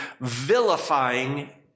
vilifying